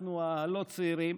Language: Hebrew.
אנחנו הלא-צעירים: